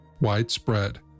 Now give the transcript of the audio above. widespread